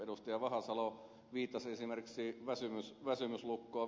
vahasalo viittasi esimerkiksi väsymyslukkoon